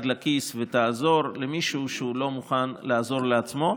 לכיס ותעזור למישהו שלא מוכן לעזור לעצמו.